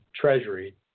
Treasury